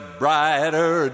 brighter